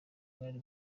bw’i